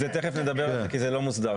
תכף נדבר על זה כי זה לא מוסדר.